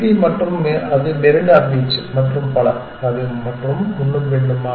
D மற்றும் அது Marina beach மற்றும் பல மற்றும் முன்னும் பின்னுமாக